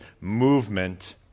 movement